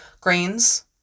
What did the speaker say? Grains